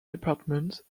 department